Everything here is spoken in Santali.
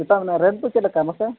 ᱮᱴᱟᱜ ᱢᱮᱱᱟᱜᱼᱟ ᱨᱮᱴ ᱫᱚ ᱪᱮᱫ ᱞᱮᱠᱟ ᱢᱟᱥᱮ